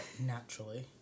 naturally